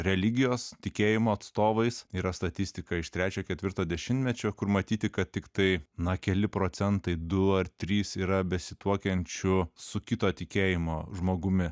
religijos tikėjimo atstovais yra statistika iš trečio ketvirto dešimtmečio kur matyti kad tiktai na keli procentai du ar trys yra besituokiančių su kito tikėjimo žmogumi